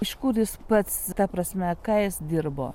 iš kur jis pats ta prasme ką jis dirbo